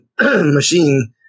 machine